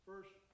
First